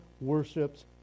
worships